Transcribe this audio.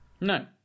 No